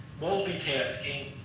multitasking